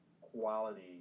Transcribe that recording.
quality